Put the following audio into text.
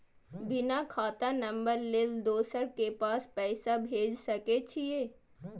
बिना खाता नंबर लेल दोसर के पास पैसा भेज सके छीए?